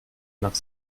nach